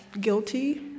guilty